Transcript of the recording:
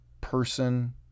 person